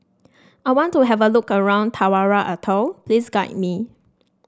I want to have a look around Tarawa Atoll please guide me